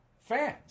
fans